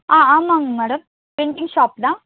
ஆ ஆமாங்க madam printing shop தான்